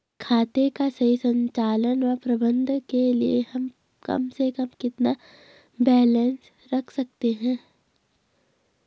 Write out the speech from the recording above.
खाते का सही संचालन व प्रबंधन के लिए हम कम से कम कितना बैलेंस रख सकते हैं?